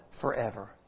forever